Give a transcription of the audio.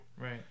Right